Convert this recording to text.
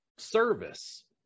service